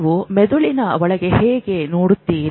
ನೀವು ಮೆದುಳಿನ ಒಳಗೆ ಹೇಗೆ ನೋಡುತ್ತೀರಿ